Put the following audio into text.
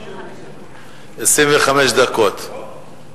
25 דקות.